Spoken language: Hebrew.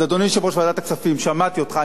אדוני יושב-ראש ועדת הכספים, שמעתי אותך.